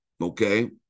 okay